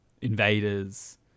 invaders